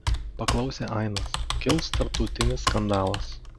paklausė ainas kils tarptautinis skandalas